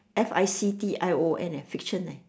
F I C T I O N eh fiction eh